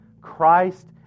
Christ